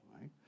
right